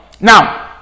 now